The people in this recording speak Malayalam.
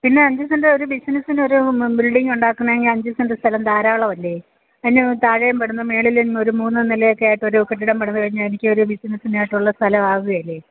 പിന്നെ അഞ്ച് സെൻറ്റ് ഒരു ബിസിനസിന് ഒരു ബിൽഡിങ്ങുണ്ടാക്കണമെങ്കി ൽ അഞ്ച് സെൻറ്റ് സ്ഥലം ധരാളമല്ലേ അതിന് താഴേഴും പണിത് മുകളിലും ഒരു മൂന്ന് നിലയൊക്കെ ആയിട്ട് ഒരു കെട്ടിടം പണിത് കഴിഞ്ഞാൽ എനിക്കൊരു ബിസിനസിനായിട്ടുള്ള സ്ഥലം ആകുകയില്ലെ